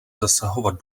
zasahovat